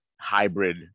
hybrid